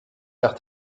nach